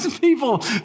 People